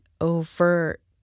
overt